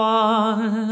one